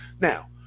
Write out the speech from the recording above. now